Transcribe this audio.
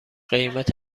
قیمت